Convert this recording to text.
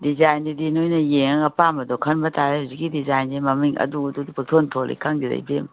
ꯗꯤꯖꯥꯏꯟꯗꯨꯗꯨ ꯅꯣꯏꯅ ꯌꯦꯡꯉꯒ ꯑꯄꯥꯝꯕꯗꯣ ꯈꯟꯕ ꯇꯥꯔꯦ ꯍꯧꯖꯤꯛꯀꯤ ꯗꯤꯖꯥꯏꯟꯁꯦ ꯃꯃꯤꯡ ꯑꯗꯨ ꯑꯗꯨ ꯄꯨꯡꯊꯣꯟ ꯊꯣꯟꯂꯤ ꯈꯪꯗꯦꯗ ꯏꯕꯦꯝꯃ